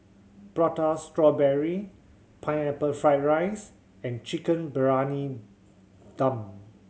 Prata Strawberry Pineapple Fried rice and Chicken Briyani Dum